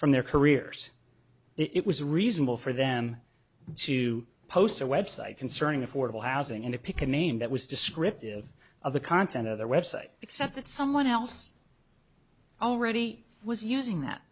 from their careers it was reasonable for them to post a website concerning affordable housing in a pick a name that was descriptive of the content of their website except that someone else already was using that